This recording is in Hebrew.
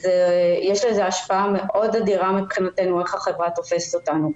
יש לזה השפעה אדירה מבחינתנו על איך החברה תופסת אותנו.